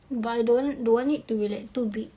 but I don't don't want it to be like too big